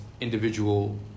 individual